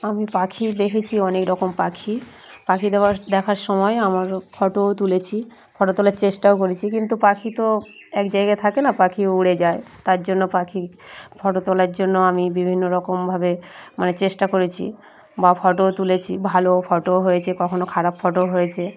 আমি পাখি দেখেছি অনেক রকম পাখি পাখি দোয়ার দেখার সময় আমার ফটোও তুলেছি ফটো তোলার চেষ্টাও করেছি কিন্তু পাখি তো এক জায়গায় থাকে না পাখি উড়ে যায় তার জন্য পাখি ফটো তোলার জন্য আমি বিভিন্ন রকমভাবে মানে চেষ্টা করেছি বা ফটোও তুলেছি ভালো ফটোও হয়েছে কখনও খারাপ ফটোও হয়েছে